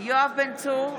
יואב בן צור,